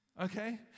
okay